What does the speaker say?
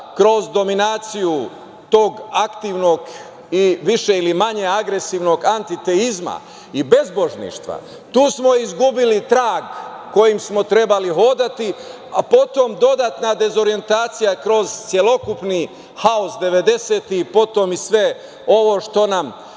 kroz dominaciju tog aktivnost i više ili manje agresivnog antiteizma i bezbožništva, tu smo izgubili trag kojim smo trebali hodati, a potom dodatna dezorijentacija kroz celokupni haos devedesetih, potom i sve ovo što nam